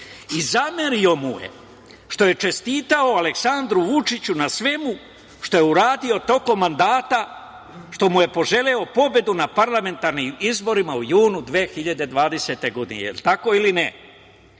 i zamerio mu je što je čestitao Aleksandru Vučiću na svemu što je uradio tokom mandata, što mu je poželeo pobedu na parlamentarnim izborima u junu 2020. godine. Jel tako ili ne?